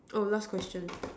oh last question